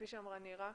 כפי שאמרה נירה,